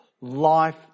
life